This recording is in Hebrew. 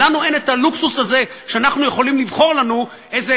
אין לנו את הלוקסוס הזה שאנחנו יכולים לבחור לנו איזה